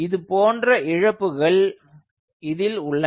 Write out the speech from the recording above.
இதுபோன்ற இழப்புகள் இதில் உள்ளன